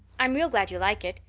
i'm real glad you like it.